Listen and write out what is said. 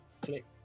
click